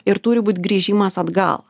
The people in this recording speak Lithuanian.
ir turi būt grįžimas atgal